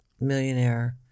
millionaire